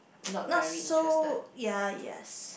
not so ya yes